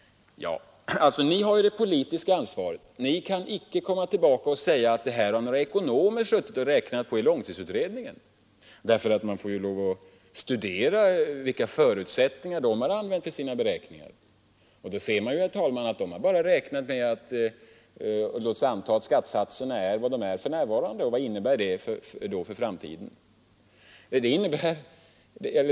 Ni har det politiska ansvaret. Ni kan icke komma tillbaka och säga att några ekonomer i långtidsutredningen har suttit och räknat på detta, eftersom ni måste studera vilka förutsättningar de har använt vid sina beräkningar. Då märker man, herr talman, att de bara har räknat med vad skattesatserna är för närvarande. Vad innebär det för framtiden?